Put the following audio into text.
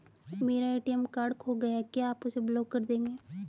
मेरा ATM card खो गया है क्या आप उसे ब्लॉक कर देंगे?